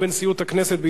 בנשיאות הכנסת,